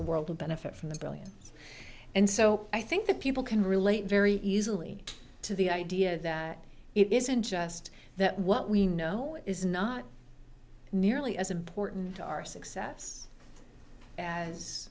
the world would benefit from the billions and so i think that people can relate very easily to the idea that it isn't just that what we know is not nearly as important to our success as